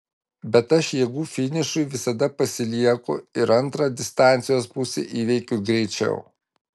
bet aš jėgų finišui visada pasilieku ir antrą distancijos pusę įveikiu greičiau